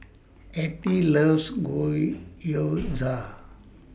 Ethie loves Gyoza